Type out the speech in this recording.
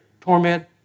Torment